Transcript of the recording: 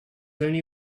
only